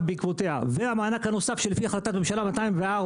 בעקבותיה והמענק הנוסף שלפי החלטת הממשלה 204,